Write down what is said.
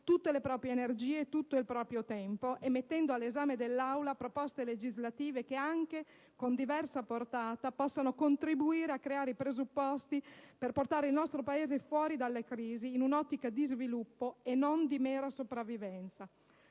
tutte le proprie energie e tutto il proprio tempo, mettendo all'esame dell'Aula proposte legislative che, anche con diversa portata, possano contribuire a creare i presupposti per portare il nostro Paese fuori dalla crisi in un'ottica di sviluppo e non di mera sopravvivenza.